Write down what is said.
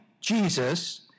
Jesus